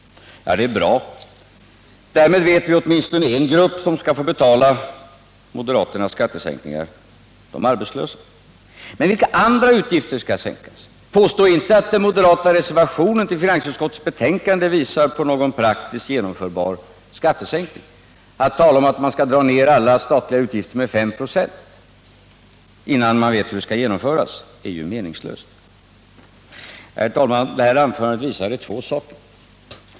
Det är bra, därmed vet vi åtminstone en grupp som skall få betala moderaternas skattesänkningar — de arbetslösa. Men vilka andra utgifter är det som skall sänkas? Påstå inte att den moderata reservationen vid finansutskottets betänkande visar på någon praktiskt genomförbar skattesänkning! Det är meningslöst att tala om att alla statliga utgifter skall dras ned med 5 96, innan man vet hur det skall genomföras. Herr talman! Staffan Burenstam Linders anförande visade två saker.